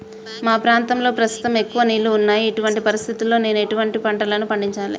మా ప్రాంతంలో ప్రస్తుతం ఎక్కువ నీళ్లు ఉన్నాయి, ఇటువంటి పరిస్థితిలో నేను ఎటువంటి పంటలను పండించాలే?